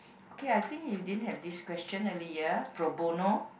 okay I think you didn't have this question earlier pro bono